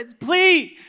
please